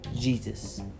Jesus